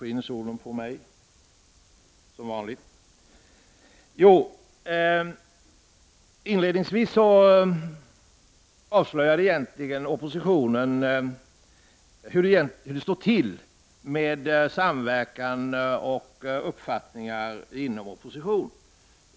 Debatten i det ärendet avslöjade hur det står till med samverkan och vilka uppfattningar som finns inom oppositionen.